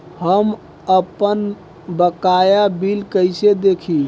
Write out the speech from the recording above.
हम आपनबकाया बिल कइसे देखि?